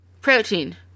protein